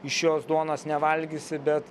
iš jos duonos nevalgysi bet